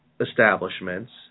establishments